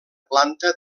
planta